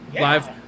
live